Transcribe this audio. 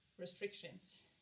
restrictions